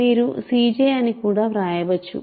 మీరు cjఅని కూడా వ్రాయవచ్చు